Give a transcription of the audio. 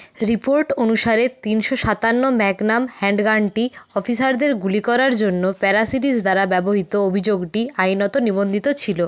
report অনুসারে তিনশো সাতান্ন ম্যাগনাম হ্যান্ডগানটি অফিসারদের গুলি করার জন্য প্যারাসিটিক দ্বারা ব্যবহৃত অভিযোগটি আইনত নিবন্ধিত ছিল